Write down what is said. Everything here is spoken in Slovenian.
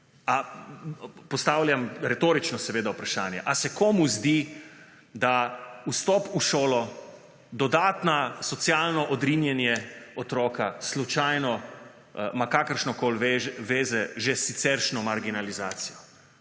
Postavljam retorično seveda vprašanje. Ali se komu zdi, da vstop v šolo, dodatno socialno odrinjanje otroka slučajno ima kakršnokoli vezo z že siceršnjo marginalizacijo,